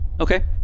Okay